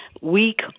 weak